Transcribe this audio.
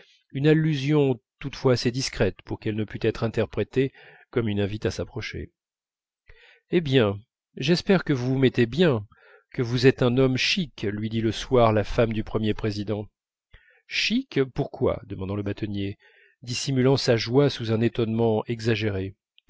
une allusion toutefois assez discrète pour qu'elle ne pût pas être interprétée comme une invite à s'approcher eh bien j'espère que vous vous mettez bien que vous êtes un homme chic lui dit le soir la femme du premier président chic pourquoi demanda le bâtonnier dissimulant sa joie sous un étonnement exagéré